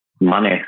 money